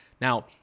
Now